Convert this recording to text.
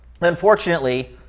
Unfortunately